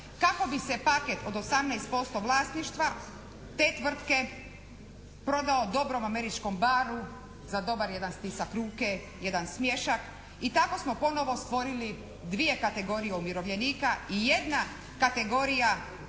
kako bi se paket od 18% vlasništva te tvrtke prodao dobrom američkom "Barru" za dobar jedan stisak ruke, jedan smiješak i tako smo ponovo stvorili dvije kategorije umirovljenika i jedna kategorija